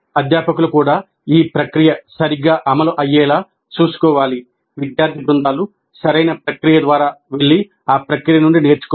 అధ్యాపకులు కూడా ఈ ప్రక్రియ సరిగ్గా అమలు అయ్యేలా చూసుకోవాలి విద్యార్థి బృందాలు సరైన ప్రక్రియ ద్వారా వెళ్లి ఆ ప్రక్రియ నుండి నేర్చుకోవాలి